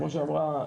כמו שאמרה